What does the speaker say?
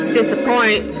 disappoint